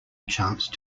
chance